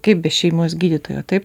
kaip be šeimos gydytojo taip